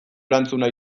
erantzuna